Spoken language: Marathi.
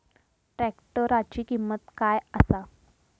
ट्रॅक्टराची किंमत काय आसा?